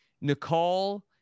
Nicole